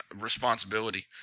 responsibility